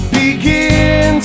begin